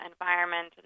environment